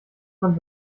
man